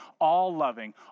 all-loving